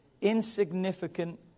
insignificant